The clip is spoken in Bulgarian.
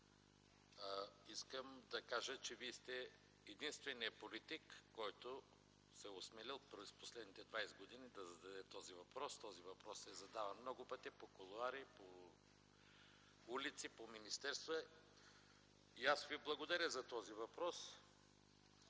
искам да кажа, че Вие сте единственият политик, който се е осмелил през последните 20 години да зададе този въпрос. Този въпрос е задаван много пъти по кулоари, улици и министерства. Благодаря Ви за този въпрос.